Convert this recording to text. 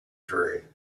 dreary